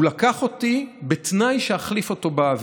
הוא לקח אותי בתנאי שאחליף אותו באוויר,